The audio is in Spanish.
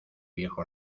viejo